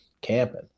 camping